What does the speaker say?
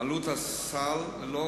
עלות הסל, ללא